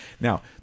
Now